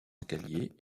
escaliers